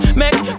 make